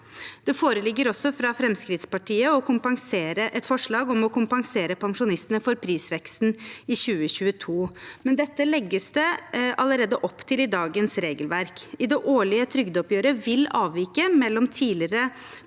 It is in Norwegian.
Det foreligger også fra Fremskrittspartiet et forslag om å kompensere pensjonistene for prisveksten i 2022, men dette legges det allerede opp til i dagens regelverk. I det årlige trygdeoppgjøret vil avviket mellom tidligere